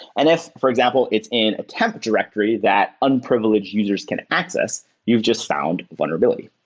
and if, for example, it's in a temp directory that unprivileged users can access, you've just found vulnerability.